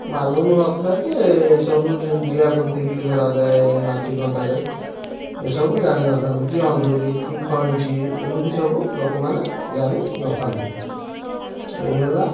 ମାଲୁମ୍ ନଥାଏ ଯେ ସବୁ ଜି ଜିଆ ଗୁନ୍ଥିକି ଧରାଯାଏ ନାଠି କଣ୍ଟାରେ ଏସବୁ ଜାଣି ନଥାନ୍ତି କି ଅନ୍ଧୁଲି କି ଖଇଁଚି ଏମିତି ସବୁ ଲୋକମାନେ ଜାଣି ନଥାନ୍ତି ଏଇ ହେଲା